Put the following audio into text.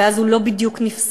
ואז הוא לא בדיוק נפסל,